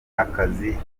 akazi